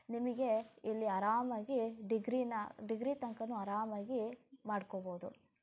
ನಿಮಗೆ ಇಲ್ಲಿ ಆರಾಮವಾಗಿ ಡಿಗ್ರಿನ ಡಿಗ್ರಿ ತನ್ಕಾನು ಆರಾಮವಾಗಿ ಮಾಡ್ಕೋಬೌದು